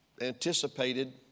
Anticipated